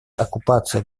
оккупация